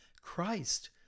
Christ